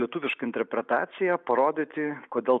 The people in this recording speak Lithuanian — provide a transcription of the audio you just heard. lietuvišką interpretaciją parodyti kodėl